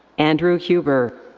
andrew huber.